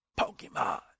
Pokemon